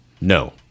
No